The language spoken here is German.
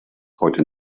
heute